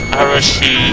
Arashi